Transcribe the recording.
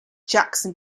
jackson